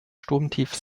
sturmtief